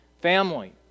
Family